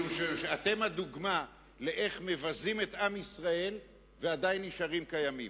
משום שאתם הדוגמה לאיך מבזים את עם ישראל ועדיין נשארים קיימים.